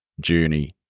journey